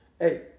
hey